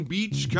Beach